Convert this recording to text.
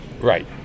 Right